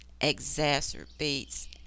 exacerbates